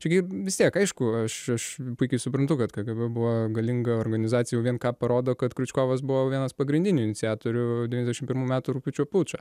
čia gi vis tiek aišku aš aš puikiai suprantu kad kgb buvo galinga organizacija jau vien ką parodo kad kriučkovas buvo vienas pagrindinių iniciatorių devyniasdešim pirmų metų rugpjūčio pučo